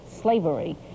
slavery